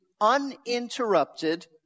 uninterrupted